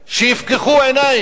שיפקחו עיניים.